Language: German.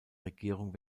regierung